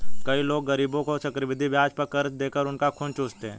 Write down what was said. कई लोग गरीबों को चक्रवृद्धि ब्याज पर कर्ज देकर उनका खून चूसते हैं